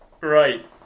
Right